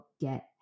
get